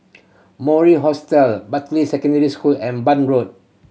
Mori Hostel Bartley Secondary School and Bun Road